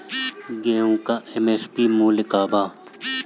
गेहू का एम.एफ.सी मूल्य का बा?